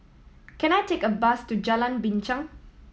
can I take a bus to Jalan Binchang